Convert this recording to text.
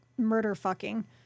murder-fucking